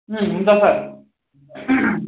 हुन्छ सर